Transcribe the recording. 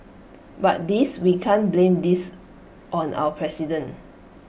but this we can't blame this on our president